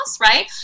right